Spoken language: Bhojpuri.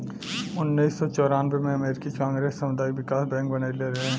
उनऽइस सौ चौरानबे में अमेरिकी कांग्रेस सामुदायिक बिकास बैंक बनइले रहे